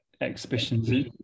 exhibitions